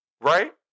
Right